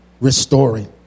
restoring